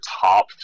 top